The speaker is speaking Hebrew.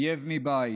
אויב מבית.